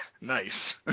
Nice